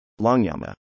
Longyama